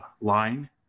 line